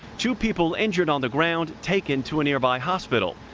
two people injured on the ground taken to a nearby hospital.